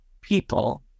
people